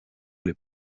les